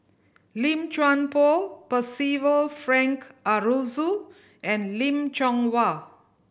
Lim Chuan Poh Percival Frank Aroozoo and Lim Chong Wah